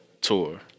tour